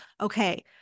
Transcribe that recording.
okay